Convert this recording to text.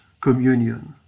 communion